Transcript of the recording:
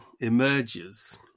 emerges